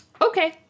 okay